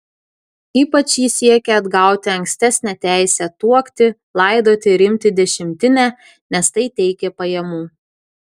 ypač ji siekė atgauti ankstesnę teisę tuokti laidoti ir imti dešimtinę nes tai teikė pajamų